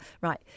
right